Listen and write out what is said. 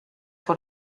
vor